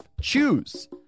Choose